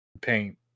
Paint